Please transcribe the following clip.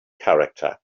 character